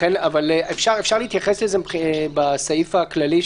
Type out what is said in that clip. אבל אפשר להתייחס לזה בסעיף הכללי,